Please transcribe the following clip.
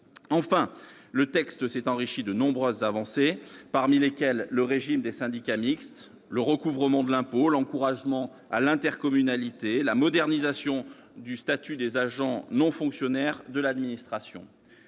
Enfin, le texte s'est enrichi de nombreuses avancées, parmi lesquelles le régime des syndicats mixtes, le recouvrement de l'impôt, l'encouragement à l'intercommunalité, ou encore la modernisation du statut des agents non fonctionnaires de l'administration.